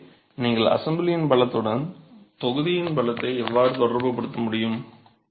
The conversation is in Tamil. எனவே நீங்கள் அசெம்பிளியின் பலத்துடன் தொகுதியின் பலத்தை எவ்வாறு தொடர்புபடுத்த முடியும்